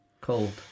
cold